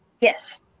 Yes